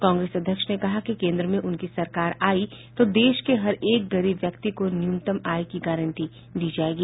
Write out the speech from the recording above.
कांग्रेस अध्यक्ष ने कहा कि केंद्र में उनकी सरकार आई तो देश के हर एक गरीब व्यक्ति को न्यूनतम आय की गारंटी दी जाएगी